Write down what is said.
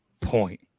point